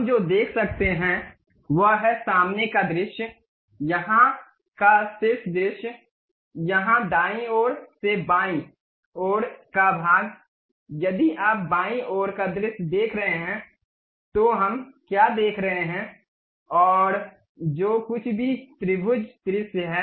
हम जो देख सकते हैं वह है सामने का दृश्य यहाँ का शीर्ष दृश्य यहाँ दाईं ओर से बाईं ओर का भाग यदि आप बाईं ओर का दृश्य देख रहे हैं तो हम क्या देख रहे हैं और जो कुछ भी त्रिभुज दृश्य है